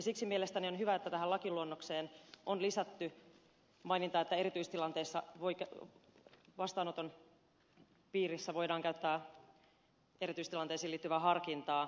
siksi mielestäni on hyvä että tähän lakiluonnokseen on lisätty maininta että erityistilanteissa vastaanoton piirissä voidaan käyttää erityistilanteisiin liittyvää harkintaa